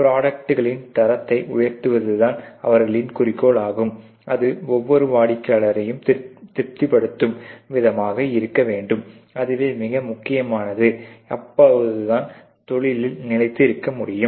ப்ரோடுக்ட்களின் தரத்தை உயர்த்துவதுதான் அவர்களின் குறிக்கோள் ஆகும் அது ஒவ்வொரு வாடிக்கையாளர்களையும் திருப்திப்படுத்தும் விதமாக இருக்க வேண்டும் அதுவே மிக முக்கியமானது அப்போது தான் தொழிலில் நிலைத்து இருக்க முடியும்